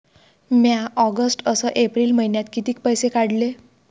म्या ऑगस्ट अस एप्रिल मइन्यात कितीक पैसे काढले?